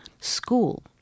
school